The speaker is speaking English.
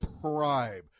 Prime